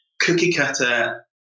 cookie-cutter